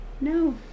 No